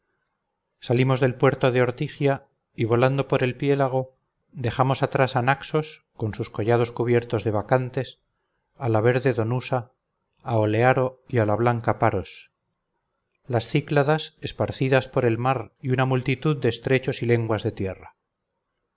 salimos del puerto de ortigia y volando por el piélago dejamos atrás a naxos con sus collados cubiertos de bacantes a la verde donusa a olearo y a la blanca paros las cícladas esparcidas por el mar y una multitud de estrechos y de lenguas de tierra